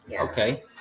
Okay